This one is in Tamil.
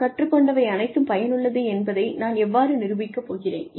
நாம் கற்றுக்கொண்டவை அனைத்தும் பயனுள்ளது என்பதை நான் எவ்வாறு நிரூபிக்கப் போகிறேன்